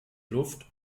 luft